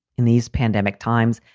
in these pandemic times,